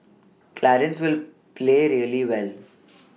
clarence will play really well